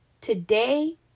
Today